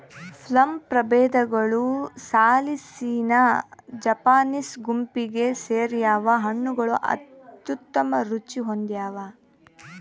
plum ಪ್ರಭೇದಗಳು ಸಾಲಿಸಿನಾ Japanese ಗುಂಪಿಗೆ ಸೇರ್ಯಾವ ಹಣ್ಣುಗಳು ಅತ್ಯುತ್ತಮ ರುಚಿ ಹೊಂದ್ಯಾವ